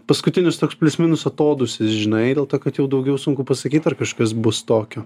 paskutinis toks plius minus atodūsis žinai dėl to kad jau daugiau sunku pasakyt ar kažkas bus tokio